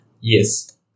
Yes